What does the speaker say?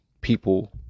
people